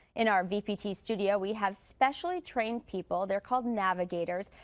in our vpt studio, we have specially trained people. they're called navigators,